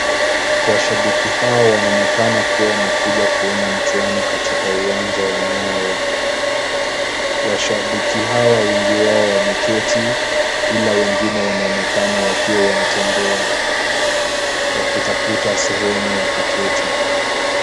Mashabiki hawa wanaonekana kuwa wamekuja kuona mchuano katika uwanja wa Nyayo, mashabiki hawa wengi wao wameketi ila wengine wanaonekana wakiwa wanatembea wakitafuata sehemu ya kuketi.